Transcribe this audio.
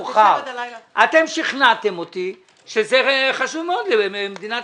אתם שכנעתם אותי שזה חשוב מאוד למדינת